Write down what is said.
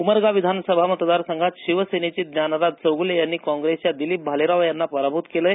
उमरगा विधानसभा मतदारसंघात शिवसेनेचे ज्ञानराज चौगूले यांनी काँग्रेसच्या दिलीप भालेराव यांना पराभूत केलंय